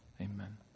Amen